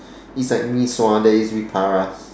it's like Mee-Sua that is para